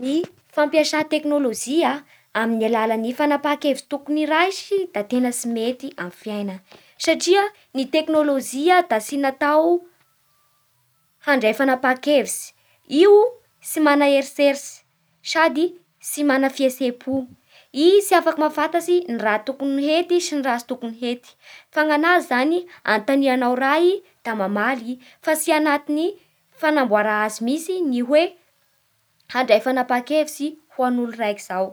Ny fampiasa tekinôlôjia amin'ny alalan'ny fanapaha-kevitsy tokony ho raisy da tena tsy mety amin'ny fiaignana satria ny tekinôlôjia da tsy natao handray fanapaha-kevitsy, io tsy mana eritseritsy sady tsy mana fihetse-po, i tsy mahafantatsy ny raha tokony hety sy ny raha tsy tokony hety, fa nanazy zany anontanianao raha i da mamaly i fa tsy anatiny fanamboara azy mihintsy ny hoe handray fanapaha-kevitsy ho an'olo raiky zao.